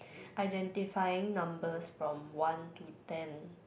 identifying numbers from one to ten